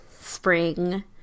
spring